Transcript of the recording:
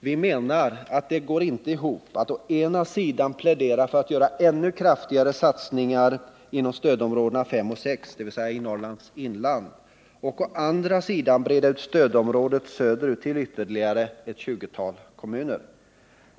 Vi menar att det inte går ihop att å ena sidan plädera för att göra ännu kraftigare satsningar inom stödområdena 5 och 6, dvs. i Norrlands inland, och å andra sidan breda ut stödområdet söderut till ytterligare ett 20-tal kommuner.